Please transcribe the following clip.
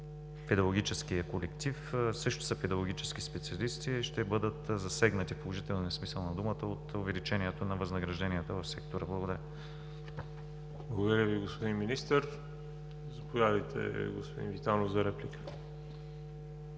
педагогическия колектив, също са педагогически специалисти. Ще бъдат засегнати, в положителния смисъл на думата, от увеличението на възнагражденията в сектора. Благодаря. ПРЕДСЕДАТЕЛ ВАЛЕРИ ЖАБЛЯНОВ: Благодаря Ви, господин Министър. Заповядайте, господин Витанов, за реплика.